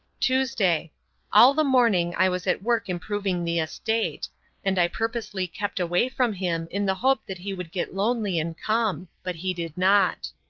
tuesday all the morning i was at work improving the estate and i purposely kept away from him in the hope that he would get lonely and come. but he did not.